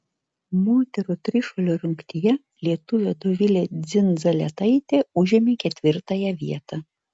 moterų trišuolio rungtyje lietuvė dovilė dzindzaletaitė užėmė ketvirtąją vietą